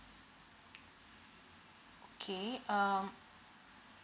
okay um